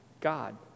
God